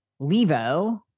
Levo